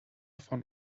von